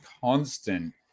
constant